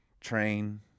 train